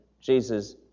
Jesus